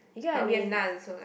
but we have none so like